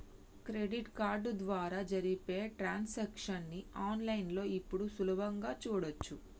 credit card ద్వారా జరిపే transactions ని ఆన్ లైన్ లో ఇప్పుడు సులభంగా చూడచ్చు